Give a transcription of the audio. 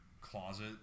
closet